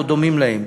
או דומים להם.